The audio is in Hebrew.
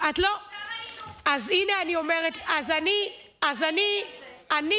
ולחשוב איך אפשר לסייע ביחד,